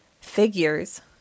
Figures